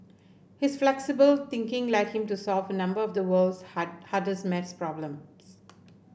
his flexible thinking led him to solve a number of the world's hard hardest math problems